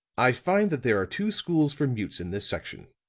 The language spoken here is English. i find that there are two schools for mutes in this section,